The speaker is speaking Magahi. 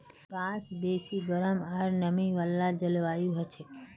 बांस बेसी गरम आर नमी वाला जलवायुत हछेक